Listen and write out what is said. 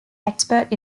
expert